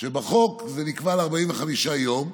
בחוק זה נקבע ל-45 יום,